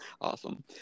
Awesome